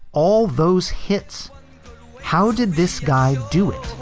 all those hits how did this guy do it?